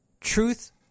Truth